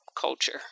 culture